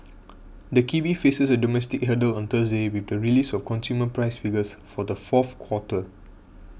the kiwi faces a domestic hurdle on Thursday with the release of consumer price figures for the fourth quarter